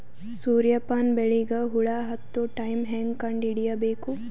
ಸೂರ್ಯ ಪಾನ ಬೆಳಿಗ ಹುಳ ಹತ್ತೊ ಟೈಮ ಹೇಂಗ ಕಂಡ ಹಿಡಿಯಬೇಕು?